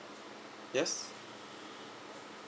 yes